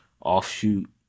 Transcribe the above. offshoot